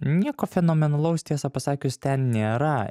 nieko fenomenalaus tiesą pasakius ten nėra